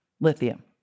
Lithium